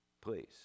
Please